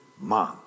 mom